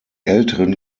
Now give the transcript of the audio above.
älteren